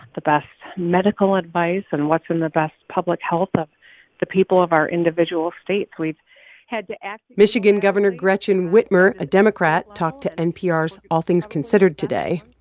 the best medical advice and what's in the best public health of the people of our individual states. we've had to ask. michigan governor gretchen whitmer, a democrat, talked to npr's all things considered today.